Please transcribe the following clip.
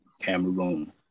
Cameroon